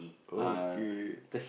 okay